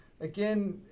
Again